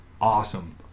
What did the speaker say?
awesome